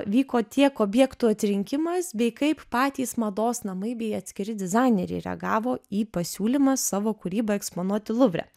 vyko tiek objektų atrinkimas bei kaip patys mados namai bei atskiri dizaineriai reagavo į pasiūlymą savo kūrybą eksponuoti luvre